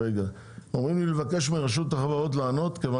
אומרים לי לבקש מרשות החברות לענות כיוון